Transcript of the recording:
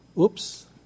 oops